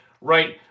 right